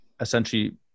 essentially